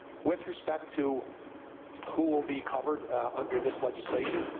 with respect to who will be covered under this legislation,